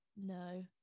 no